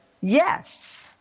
yes